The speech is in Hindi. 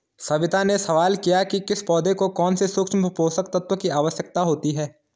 सविता ने सवाल किया कि किस पौधे को कौन से सूक्ष्म पोषक तत्व की आवश्यकता होती है